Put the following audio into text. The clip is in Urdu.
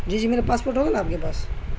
جی جی میرا پاسورٹ ہوگا نا آپ کے پاس